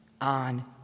on